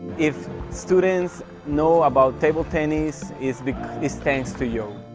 if students know about table tennis, it's it's thanks to you.